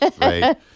right